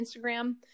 Instagram